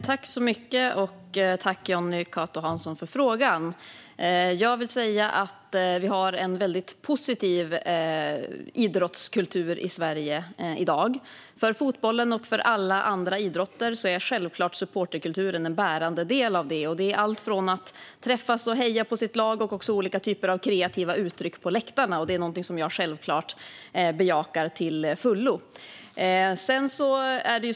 Fru talman! Tack för frågan, Johnny Cato Hansson! Vi har en väldigt positiv idrottskultur i Sverige i dag. För fotbollen och för alla andra idrotter är självklart supporterkulturen en bärande del av detta. Det handlar om alltifrån att träffas och heja på sitt lag till olika kreativa uttryck på läktarna. Det är någonting som jag självklart bejakar till fullo.